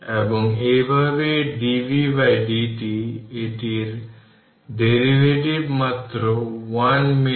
সুতরাং সুইচ বন্ধ হয়ে গেলে উপরের প্লেটের মোট চার্জ পরিবর্তন হতে পারে না